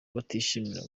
batishimira